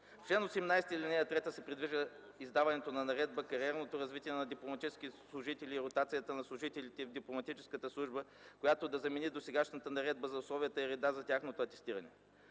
В чл. 18, ал. 3 се предвижда издаването на Наредба за кариерното развитие на дипломатическите служители и ротацията на служителите в дипломатическата служба, която да замени досегашната Наредба за условията и реда за тяхното атестиране.